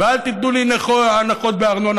ואל תיתנו לי הנחות בארנונה,